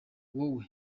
wowe